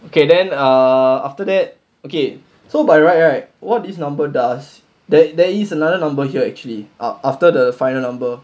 okay then err after that okay so by right right what this number does there there is another number here actually err after the final number